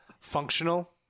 functional